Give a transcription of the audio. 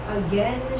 again